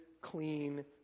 clean